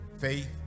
faith